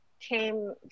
came